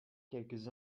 quelques